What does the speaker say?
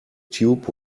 tube